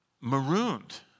marooned